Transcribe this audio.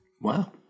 Wow